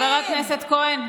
חבר הכנסת כהן.